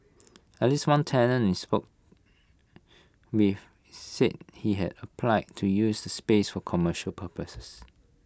at least one tenant we spoke with said he had applied to use the space for commercial purposes